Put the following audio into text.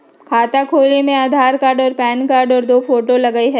खाता खोले में आधार कार्ड और पेन कार्ड और दो फोटो लगहई?